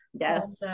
Yes